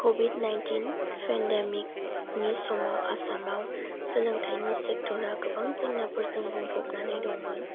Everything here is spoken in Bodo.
कभिड नाइनटिइन फेनडामिखनि समाव आसामाव सोलोंथाइनि सेक्तरा गोबां जेंना फोरजों बुंफबनानै दंमोन